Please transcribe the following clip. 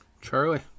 Charlie